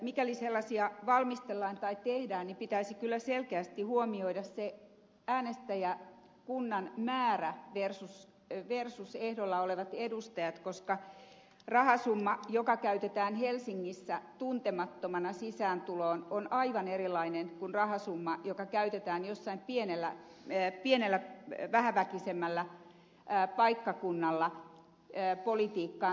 mikäli sellaisia valmistellaan tai tehdään pitäisi kyllä selkeästi huomioida äänestäjäkunnan määrä versus ehdolla olevat edustajat koska rahasumma joka käytetään helsingissä tuntemattomana sisääntuloon on aivan erilainen kuin rahasumma joka käytetään jollain pienellä vähäväkisemmällä paikkakunnalla politiikkaan tulemiseen